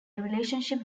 relationship